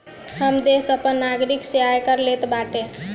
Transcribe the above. हर देस अपनी नागरिक से आयकर लेत बाटे